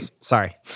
sorry